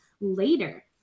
later